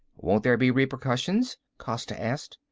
won't there be repercussions? costa asked.